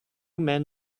men